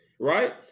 right